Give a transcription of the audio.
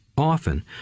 often